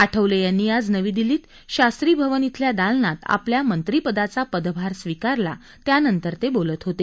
आठवले यांनी आज नवी दिल्लीत शास्त्री भवन इथल्या दालनात आपल्या मंत्रीपदाचा पदभार स्वीकारला त्यानंतर ते बोलत होते